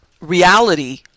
reality